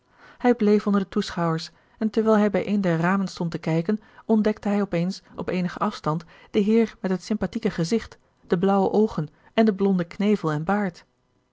hij bleef onder de toeschouwers en terwijl hij bij een der ramen stond te kijken ontdekte hij op eens op eenigen afstand den heer met het sympathieke gezicht de blauwe oogen en de blonde knevel en baard